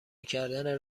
کردن